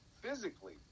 physically